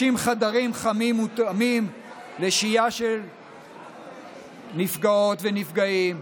30 חדרים חמים מותאמים לשהייה של נפגעות ונפגעים,